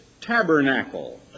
tabernacle